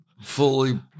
fully